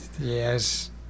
Yes